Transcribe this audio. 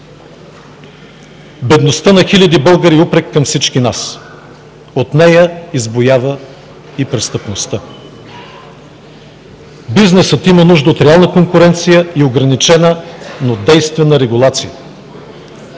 Бедността на хиляди българи е упрек към всички нас. От нея избуява и престъпността. Бизнесът има нужда от реална конкуренция и ограничена, но действена регулация,